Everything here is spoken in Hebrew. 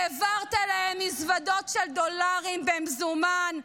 העברת להם מזוודות של דולרים במזומן,